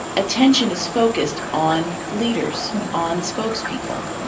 attention is focused on leaders, on spokespeople.